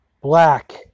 black